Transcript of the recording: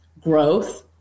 growth